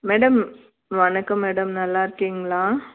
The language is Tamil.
மேடம் வணக்கம் மேடம் நல்லா இருக்கீங்களா